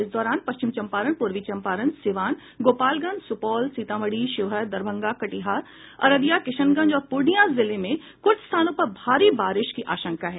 इस दौरान पश्चिम चम्पारण पूर्वी चम्पारण सीवान गोपालगंज सुपौल सीतामढ़ी शिवहर दरभंगा कटिहार अररिया किशनगंज और पूर्णियां जिले में कुछ स्थानों पर भारी बारिश की आशंका है